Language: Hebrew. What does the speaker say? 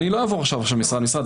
לא אעבור עכשיו משרד משרד,